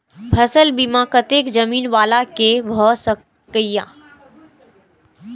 फसल बीमा कतेक जमीन वाला के भ सकेया?